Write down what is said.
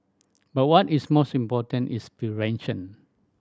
but what is most important is prevention